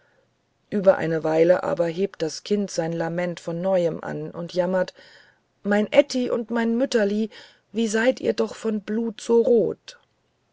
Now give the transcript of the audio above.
ueber eine weil aber hebt das kind sein lament von neuem an und jammert mein aeti und mein mütterli wie seyd ihr doch vom blut so roth